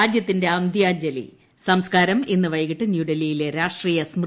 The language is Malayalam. രാജ്യത്തിന്റെ അന്ത്യാഞ്ജലി സംസ്കാരം ഇന്ന് വൈകിട്ട് ന്യൂഡൽഹിയിലെ രാഷ്ട്രീയ സ്മൃതി സ്ഥലിൽ